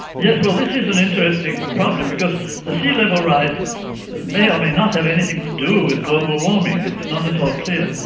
yes, this is an interesting problem because the sea level rise may or may not have anything to do with global warming, it's not at all clear.